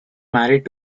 married